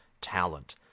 talent